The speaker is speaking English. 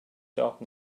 dark